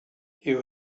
you